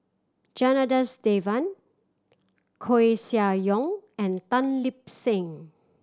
Janadas Devan Koeh Sia Yong and Tan Lip Seng